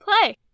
play